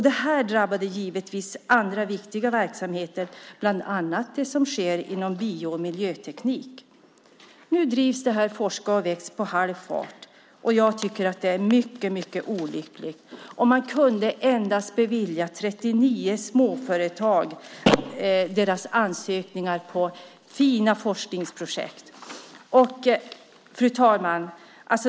Det drabbade givetvis andra viktiga verksamheter, bland annat det som sker inom bio och miljöteknik. Nu drivs Forska och väx på halvfart. Jag tycker att det är mycket olyckligt. De kunde endast bevilja 39 småföretags ansökningar om fina forskningsprojekt. Fru talman!